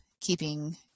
keeping